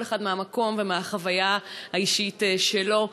כל אחד מהמקום ומהחוויה האישית שלו.